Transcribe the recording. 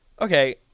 okay